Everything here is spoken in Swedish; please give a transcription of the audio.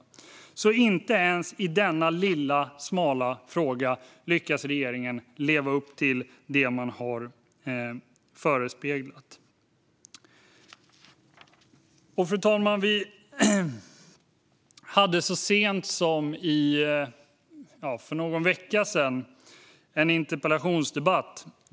Regeringen lyckas alltså inte ens i denna lilla, smala fråga leva upp till det den har förespeglat. Fru talman! Jag och bostadsministern hade så sent som för någon vecka sedan en interpellationsdebatt.